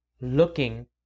looking